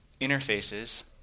interfaces